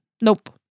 Nope